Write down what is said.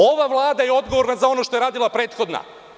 Ova Vlada je odgovorna za ono što je radila prethodna.